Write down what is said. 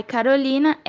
Carolina